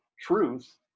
truth